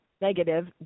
negative